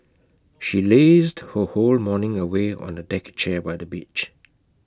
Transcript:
she lazed her whole morning away on A deck chair by the beach